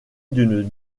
d’une